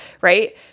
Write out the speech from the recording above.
right